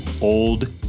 old